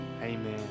Amen